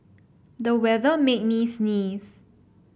the weather made me sneeze